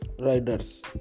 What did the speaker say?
riders